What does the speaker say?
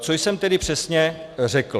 Co jsem tedy přesně řekl?